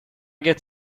get